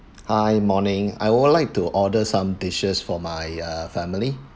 hi morning I would like to order some dishes for my uh family